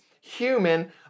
human